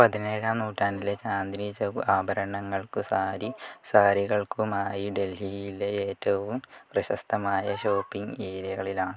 പതിനേഴാം നൂറ്റാണ്ടിലെ ചാന്ദിനി ചൗക്ക് ആഭരണങ്ങൾക്കും സാരി സാരികൾക്കുമായി ഡൽഹിയിലെ ഏറ്റവും പ്രശസ്തമായ ഷോപ്പിംഗ് ഏരിയകളിലാണ്